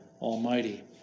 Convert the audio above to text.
Almighty